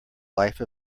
life